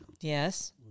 yes